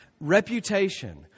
Reputation